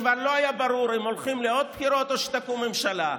כשכבר לא היה ברור אם הולכים לעוד בחירות או שתקום ממשלה,